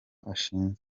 ashinzwe